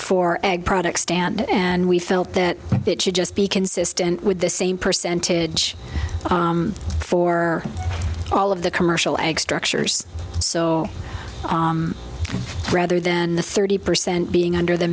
for ag products stand and we felt that it should just be consistent with the same percentage for all of the commercial egg structures so rather than the thirty percent being under the